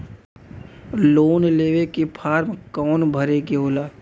Loan लेवे के form कौन भरे के होला?